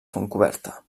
fontcoberta